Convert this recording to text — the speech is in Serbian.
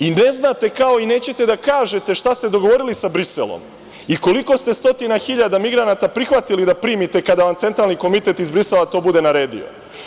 I ne znate, kao, i nećete da kažete šta ste dogovorili sa Briselom i koliko ste stotina hiljada migranata prihvatili da primite kada vam centralni komitet iz Brisela to bude naredio.